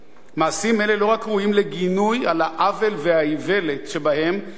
מעשים אלה לא רק ראויים לגינוי על העוול והאיוולת שבהם אלא גם